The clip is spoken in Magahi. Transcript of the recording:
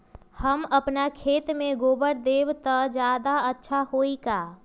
हम अपना खेत में गोबर देब त ज्यादा अच्छा होई का?